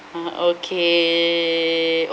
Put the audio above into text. ah okay